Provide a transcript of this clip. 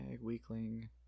weakling